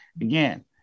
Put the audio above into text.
again